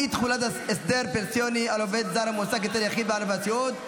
אי-תחולת הסדר פנסיוני על עובד זר המועסק אצל יחיד בענף הסיעוד),